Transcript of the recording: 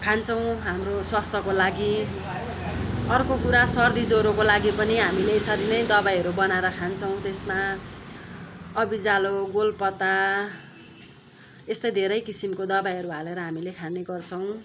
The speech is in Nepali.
खान्छौँ हाम्रो स्वास्थ्यको लागि अर्को कुरा सर्दी जरोको लागि पनि हामीले यसरी नै दबाईहरू बनाएर खान्छौँ त्यसमा अबिजालो गोलपता यस्तै धेरै किसिमको दबाईहरू हालेर हामीले खाने गर्छौँ